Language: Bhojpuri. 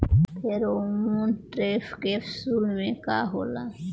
फेरोमोन ट्रैप कैप्सुल में का होला?